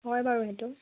হয় বাৰু সেইটো